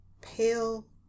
pale